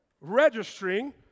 registering